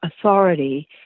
authority